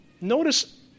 Notice